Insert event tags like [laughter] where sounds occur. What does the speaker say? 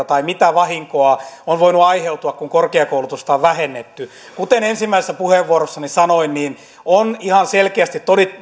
[unintelligible] tai sitä mitä vahinkoa on voinut aiheutua kun korkeakoulutusta on vähennetty kuten ensimmäisessä puheenvuorossani sanoin on ihan selkeästi